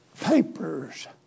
papers